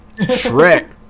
Shrek